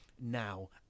now